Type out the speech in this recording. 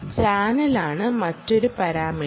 ചാനലാണ് മറ്റൊരു പാരാമീറ്റർ